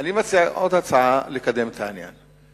אני מציע עוד הצעה כדי לקדם את העניין.